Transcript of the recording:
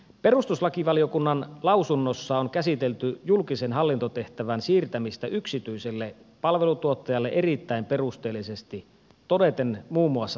perustuslakivaliokunnan lausunnossa on käsitelty julkisen hallintotehtävän siirtämistä yksityiselle palvelutuottajalle erittäin perusteellisesti todeten muun muassa seuraavaa